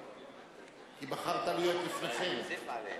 כי בחרת להיות לפני כן.